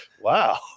Wow